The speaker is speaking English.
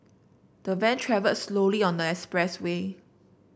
the van travelled slowly on the expressway